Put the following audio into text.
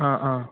ആ ആ